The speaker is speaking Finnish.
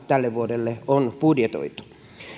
tälle vuodelle on budjetoitu